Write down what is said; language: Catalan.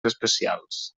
especials